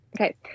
okay